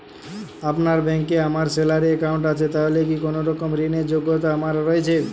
আপনার ব্যাংকে আমার স্যালারি অ্যাকাউন্ট আছে তাহলে কি কোনরকম ঋণ র যোগ্যতা আমার রয়েছে?